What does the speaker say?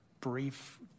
brief